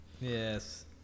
Yes